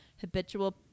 Habitual